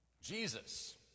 Jesus